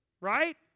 right